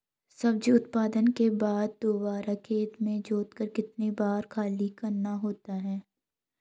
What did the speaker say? सब्जी उत्पादन के बाद दोबारा खेत को जोतकर कितने दिन खाली रखना होता है?